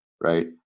right